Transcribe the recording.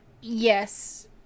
Yes